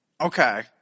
Okay